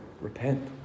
Repent